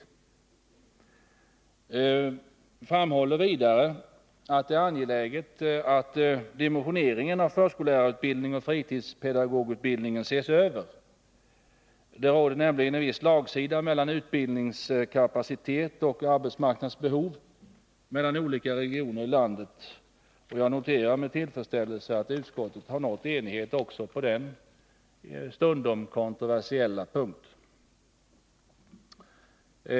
Utskottet framhåller vidare att det är angeläget att dimensioneringen av förskollärarutbildningen och fritidspedagogutbildningen ses över. Det råder nämligen en viss slagsida mellan utbildningskapacitet och arbetsmarknadsbehov för olika regioner i landet. Jag noterar med tillfredsställelse att utskottet är överens också på den stundom kontroversiella punkten.